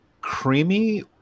creamy